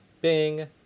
Bing